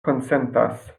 konsentas